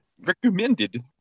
recommended